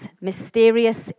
mysterious